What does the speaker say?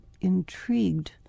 intrigued